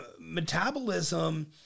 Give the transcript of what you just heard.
Metabolism